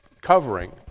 covering